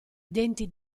denti